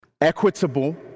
equitable